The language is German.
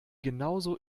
genauso